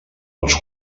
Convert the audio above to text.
els